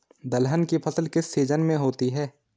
दलहन की फसल किस सीजन में होती है?